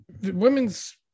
women's